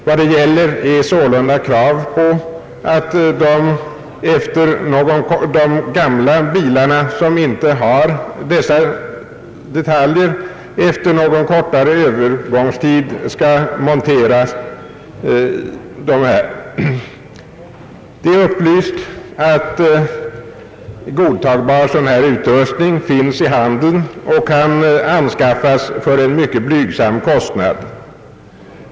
Vad det gäller är sålunda krav på att defroster och vindrutespolare efter någon kortare övergångstid skall monteras även på gamla bilar, som nu inte har sådan utrustning. Det är bekant att godtagbar apparatur för detta ändamål finns i handeln och kan anskaffas till en mycket liten kostnad.